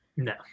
No